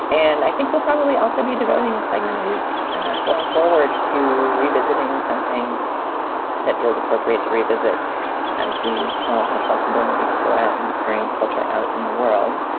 and i think we'll probably also be devoting a segment a week going forward to revisiting something that feels appropriate to revisit as we all have less ability to go out and experience culture out in the world.